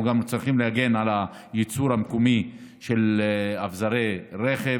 אנחנו גם צריכים להגן על הייצור המקומי של אביזרי רכב,